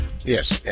Yes